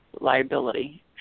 liability